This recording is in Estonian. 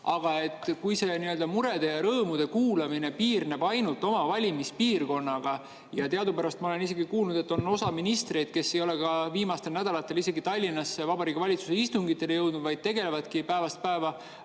Aga kui see nii-öelda murede ja rõõmude kuulamine piirneb ainult enda valimispiirkonnaga – olen isegi kuulnud, et osa ministreid ei ole viimastel nädalatel isegi Tallinnasse Vabariigi Valitsuse istungitele jõudnud, vaid tegelevadki päevast päeva